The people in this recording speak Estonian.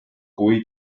kui